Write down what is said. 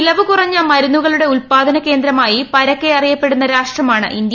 ചെലവ് കുറഞ്ഞ മരുന്നുകളുടെ ഉത്പാദന കേന്ദ്രമായി പരക്കെ അറിയപ്പെടുന്ന രാഷ്ട്രമാണ് ഇന്ത്യ